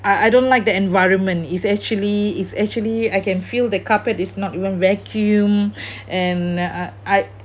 I I don't like the environment it's actually it's actually I can feel the carpet is not even vacuumed and I